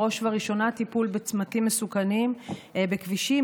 בראש ובראשונה טיפול בצמתים מסוכנים בכבישים,